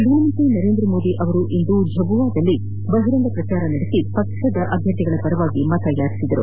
ಪ್ರಧಾನಮಂತ್ರಿ ನರೇಂದ್ರ ಮೋದಿ ಇಂದು ಝಬುವಾದಲ್ಲಿ ಬಹಿರಂಗ ಪ್ರಚಾರ ನಡೆಸಿ ಪಕ್ಷದ ಅಭ್ವರ್ಥಿಗಳ ಪರವಾಗಿ ಮತ ಯಾಚಿಸಿದರು